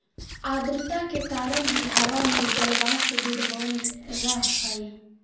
आद्रता के कारण ही हवा में जलवाष्प विद्यमान रह हई